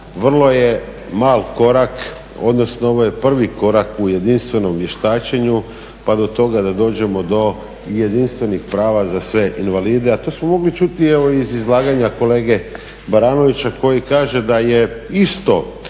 vrlo je mal korak, odnosno ovo je prvi korak u jedinstvenom vještačenju, pa do toga da dođemo do jedinstvenih prava za sve invalide a to smo mogli čuti evo i iz izlaganja kolege Baranovića koji kaže da je isto